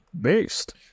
based